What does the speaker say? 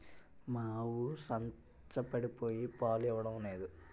మా ఆవు సంచపడిపోయి పాలు ఇవ్వడం నేదు